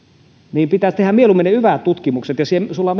miljoonaa pitäisi tehdä mieluummin yva tutkimukset ja sinulla